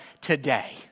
today